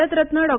भारतररत्न डॉ